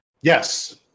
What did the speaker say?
Yes